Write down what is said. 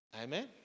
Amen